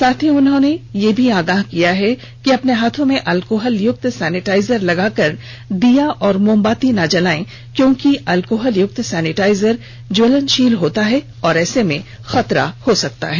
साथ ही उन्होंने यह भी आगाह किया है कि अपने हाथों में अल्कोहल युक्त सैनिटाइजर लगाकर दीया और मोमबत्ती न जलायें क्योंकि अल्कोहल युक्त सैनिटाइजर ज्वलनषील होता है और ऐसे में खतरा हो सकता है